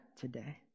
today